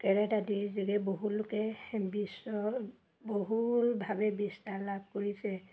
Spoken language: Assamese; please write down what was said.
কৰাটে আদিৰ যোগে বহুলোকে বিশ্ব বহুলভাৱে বিস্তাৰ লাভ কৰিছে